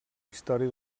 història